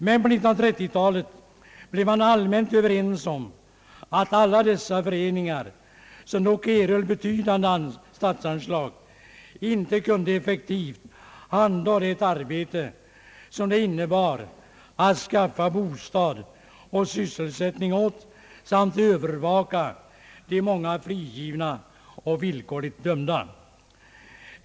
Men på 1930-talet blev man allmänt överens om att alla dessa föreningar, som dock erhöll betydande statsanslag, inte kunde effektivt handha det arbete som det innebar att skaffa bostad och sysselsättning åt samt övervaka de många frigivna och villkorligt dömda.